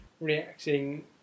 reacting